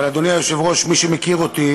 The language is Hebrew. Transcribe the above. אבל, אדוני היושב-ראש, מי שמכיר אותי